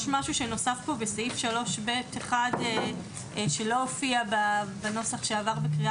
יש משהו שנוסף כאן בסעיף 3(ב)(1) שלא הופיע בנוסח שעבר בקריאה